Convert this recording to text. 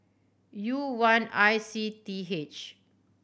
U one I C T H